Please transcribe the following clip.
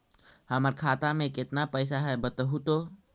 हमर खाता में केतना पैसा है बतहू तो?